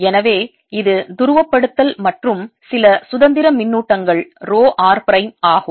எனவே இது துருவப்படுத்தல் மற்றும் சில சுதந்திர மின்னூட்டங்கள் ரோ r பிரைம் ஆகும்